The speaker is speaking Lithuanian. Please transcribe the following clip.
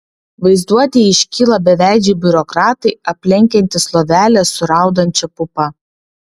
vaizduotėje iškyla beveidžiai biurokratai aplenkiantys lovelę su raudančia pupa